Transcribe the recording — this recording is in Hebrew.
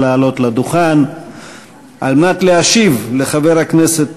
נא לעלות לדוכן על מנת להשיב לחבר הכנסת טיבי.